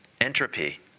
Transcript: Entropy